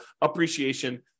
appreciation